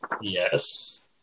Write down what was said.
Yes